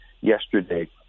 yesterday